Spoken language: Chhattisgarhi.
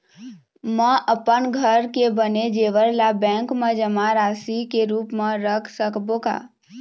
म अपन घर के बने जेवर ला बैंक म जमा राशि के रूप म रख सकबो का?